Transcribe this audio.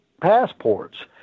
passports